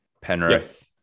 Penrith